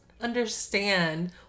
understand